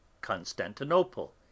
Constantinople